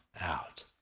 out